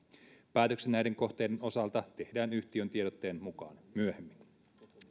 päätökset näiden kohteiden osalta tehdään yhtiön tiedotteen mukaan myöhemmin